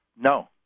No